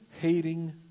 hating